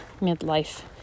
midlife